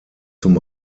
zum